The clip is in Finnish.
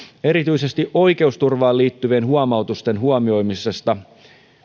erityisesti oikeusturvaan liittyvien huomautusten huomioimista